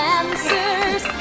answers